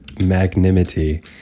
magnanimity